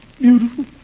Beautiful